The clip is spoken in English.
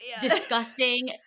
disgusting